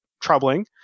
troubling